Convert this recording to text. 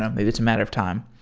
maybe it's a matter of time.